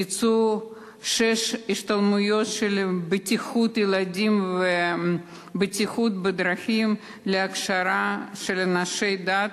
ביצעו שש השתלמויות של בטיחות ילדים ובטיחות בדרכים להכשרה של אנשי דת,